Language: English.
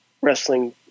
wrestling